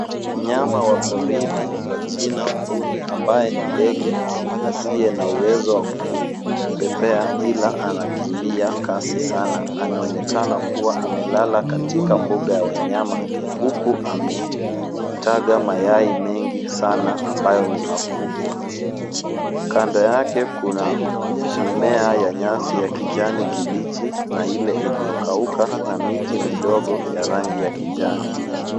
Mnyama wa porini kwa jina mbuni ambaye ni ndege asiye na uwezo wa kupepea ila anakimbia kasi sana anaonekana kuwa amelala katika mbuga ya wanyama huku ametaga mayai mengi sana ambayo ni makubwa. Kando yake kuna mimea ya nyasi ya kijani kibichi na ile iliyokauka na miti midogo ya rangi ya kijani.